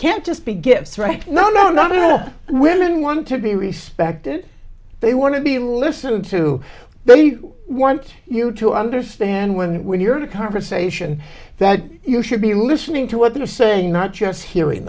can't just be gifts right no not to women want to be respected they want to be listened to but you want you to understand women when you're in a conversation that you should be listening to what they're saying not just hearing